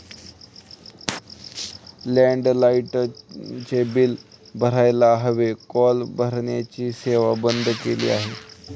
लँडलाइनचे बिल भरायला हवे, कॉल करण्याची सेवा बंद केली आहे